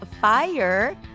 Fire